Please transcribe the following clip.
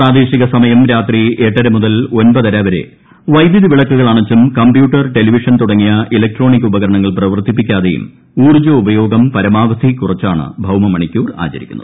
പ്രാദേശിക സമയം രാത്രി എട്ടര മുതൽ ഒമ്പതര വരെ് വൈദ്യുതി വിളക്കുകൾ അണച്ചും കമ്പ്യൂട്ടർ ടെലിവിഷൻ തുടങ്ങിയ ഇലക്ട്രോണിക് ഉപകരണങ്ങൾ പ്രവർത്തിപ്പിക്കാതെയും ഉൌർജോപയോഗം പരമാവധി കുറച്ചാണ് ഭൌമ മണിക്കൂർ ആചരിക്കുന്നത്